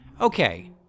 Okay